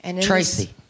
Tracy